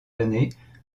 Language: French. années